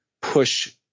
push